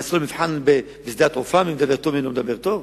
יעשו מבחן בשדה התעופה מי מדבר טוב ומי לא מדבר טוב?